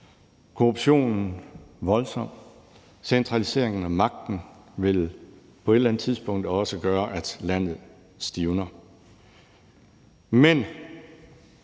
Korruptionen er voldsom. Centraliseringen af magten vil på et eller andet tidspunkt også gøre, at landet stivner.